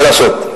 ולעשות.